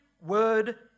word